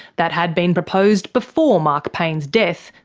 that had been proposed before mark payne's death,